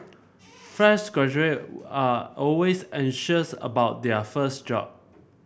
fresh graduate are always anxious about their first job